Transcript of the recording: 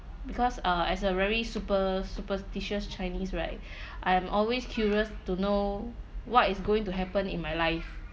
because uh as a very super superstitious chinese right I'm always curious to know what is going to happen in my life